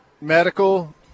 Medical